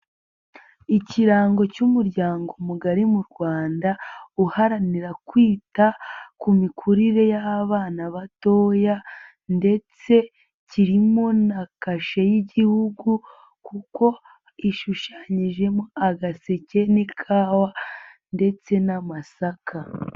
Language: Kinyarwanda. Ikirango cy'umuryango mugari mu Rwanda uharanira kwita ku mikurire y'abana batoya ndetse kirimo na kashe y'Igihugu kuko ishushanyijemo agaseke n'ikawa ndetse n'amasaka.